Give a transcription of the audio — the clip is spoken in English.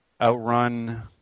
outrun